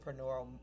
entrepreneurial